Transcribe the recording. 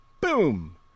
boom